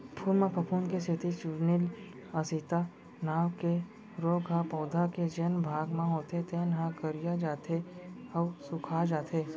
फूल म फफूंद के सेती चूर्निल आसिता नांव के रोग ह पउधा के जेन भाग म होथे तेन ह करिया जाथे अउ सूखाजाथे